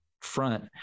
front